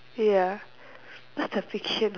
ya what's a fiction